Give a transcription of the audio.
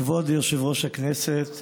כבוד יושב-ראש הכנסת,